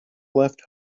left